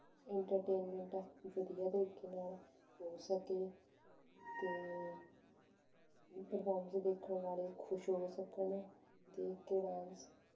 entertainment ਵਧੀਆ ਤਰੀਕੇ ਨਾਲ ਹੋ ਸਕੇ ਅਤੇ ਪ੍ਰਫੋਮੈਂਸ ਦੇਖਣ ਵਾਲੇ ਖੁਸ਼ ਹੋ ਸਕਣ ਦੇਖ ਕੇ ਡਾਂਸ